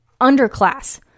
underclass